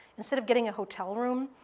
instead of getting a hotel room,